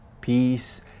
peace